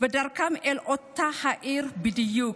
בדרכם אל אותה העיר בדיוק,